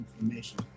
information